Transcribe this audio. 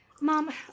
Mom